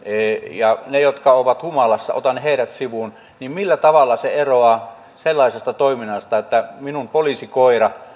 ja ne jotka ovat humalassa otan sivuun niin millä tavalla se eroaa sellaisesta toiminnasta että minun poliisikoirani